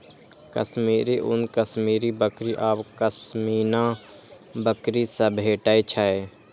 कश्मीरी ऊन कश्मीरी बकरी आ पश्मीना बकरी सं भेटै छै